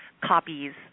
copies